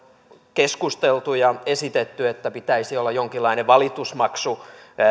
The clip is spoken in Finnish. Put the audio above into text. keskusteltu ja esitetty että pitäisi olla jonkinlainen valitusmaksu